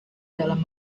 dalam